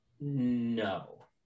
No